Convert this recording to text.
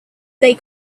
they